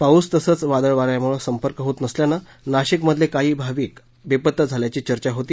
पाऊस तसंच वादळ वाऱ्यामुळे संपर्क होत नसल्यान नाशिकमधले काही भाविक बेपत्ता झाल्याची चर्चा होती